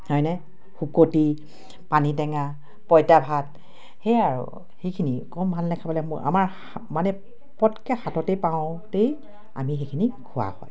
হয়নে শুকতি পানী টেঙা পঁইতা ভাত সেয়াই আৰু সেইখিনি কম ভালনে খাবলে মোৰ আমাৰ মানে পটকে হাততে পাওঁতেই আমি সেইখিনি খোৱা হয়